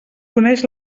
coneix